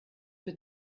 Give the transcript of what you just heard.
für